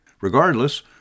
Regardless